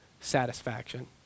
satisfaction